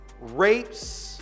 rapes